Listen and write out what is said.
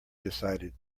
decided